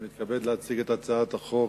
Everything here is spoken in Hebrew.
אני מתכבד להציג לקריאה ראשונה את הצעת החוק,